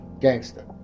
gangster